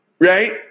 right